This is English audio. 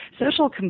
Social